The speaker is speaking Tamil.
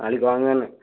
நாளைக்கு வாங்கனேன்